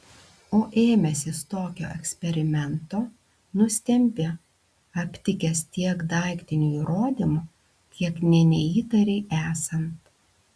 o ėmęsis tokio eksperimento nustembi aptikęs tiek daiktinių įrodymų kiek nė neįtarei esant